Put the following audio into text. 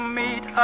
meet